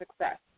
success